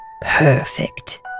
Perfect